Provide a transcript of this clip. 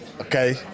Okay